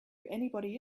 anybody